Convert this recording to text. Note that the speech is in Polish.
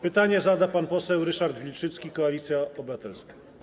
Pytanie zada pan poseł Ryszard Wilczycki, Koalicja Obywatelska.